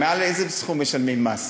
מעל איזה סכום משלמים מס?